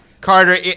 Carter